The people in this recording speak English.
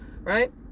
Right